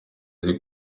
ziri